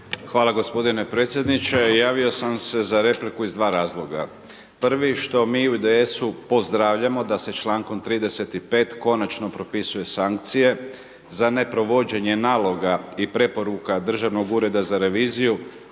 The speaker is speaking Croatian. Hvala gospodine predsjedniče, javio sam se za repliku iz dva razloga. Prvi što mi u IDS-u pozdravljamo da se člankom 35. konačno propisuje sankcije za neprovođenje naloga i preporuka Državnog ureda za reviziju,